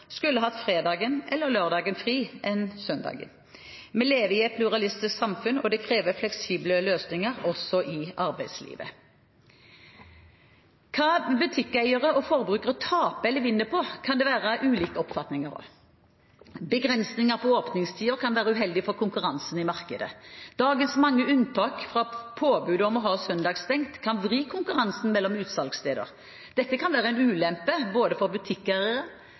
skulle hatt fredagen eller lørdagen fri enn søndagen. Vi lever i et pluralistisk samfunn, og det krever fleksible løsninger, også i arbeidslivet. Hva butikkeiere og forbrukere taper eller vinner på, kan det være ulike oppfatninger om. Begrensninger på åpningstider kan være uheldig for konkurransen i markedet. Dagens mange unntak fra påbudet om å ha søndagsstengt kan vri konkurransen mellom utsalgssteder. Dette kan være en ulempe både for